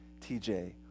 TJ